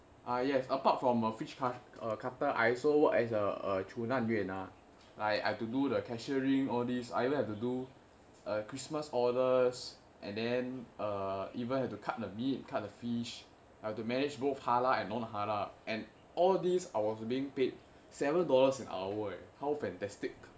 ah yes apart from a fish cut~ uh cutter I also work as a 煮烂呢 like I have to do the cashiering all these I even have to do err christmas orders and then err even to cut the meat cut the fish I have to manage both halal and non halal and all these I was being paid seven dollars an hour eh how fantastic